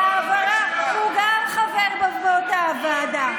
שותף מלא בהעברה, הוא גם חבר באותה הוועדה.